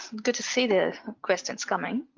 good to see the questions coming.